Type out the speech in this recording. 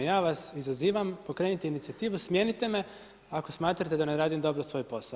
Ja vas izazivam, pokrenite inicijativu, smijenite me ako smatrate da ne radim dobro svoj posao.